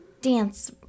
dance